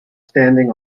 standing